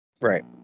right